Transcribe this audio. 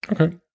Okay